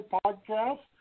podcast